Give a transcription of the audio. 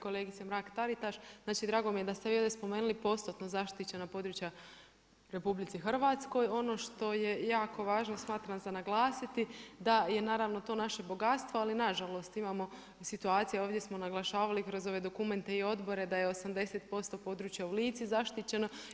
Kolegice Mrak-Taritaš, drago mi je da ste vi ovdje spomenuli postotnu zaštićena područja RH, ono što je jako važno smatram za naglasiti, da je naravno, to naše bogatstvo, ali nažalost, imamo situaciju, ovdje smo naglašavali kroz ove dokumente i odbore da je 80% područja u Lici zaštićeno.